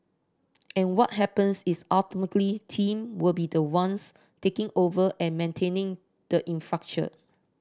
and what happens is ultimately team will be the ones taking over and maintaining the infrastructure